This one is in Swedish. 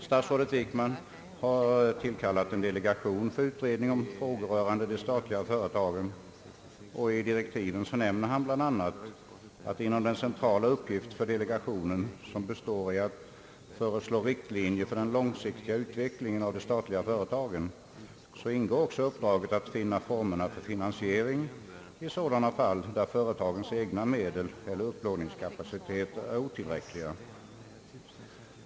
Statsrådet Wickman har tillkallat en delegation för utredning om frågor rörande de statliga företagen, och i direktiven nämner han bl.a, att inom delegationens centrala uppgift, som består i att föreslå riktlinjer för den långsiktiga utvecklingen av de statliga företagen, ingår också uppdraget att finna formerna för finansiering i sådana fall där företagens egna medel eller upplåningskapacitet är otillräckliga.